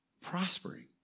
Prospering